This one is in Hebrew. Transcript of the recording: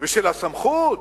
ושל הסמכות,